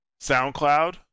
soundcloud